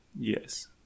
Yes